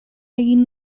egin